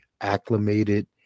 acclimated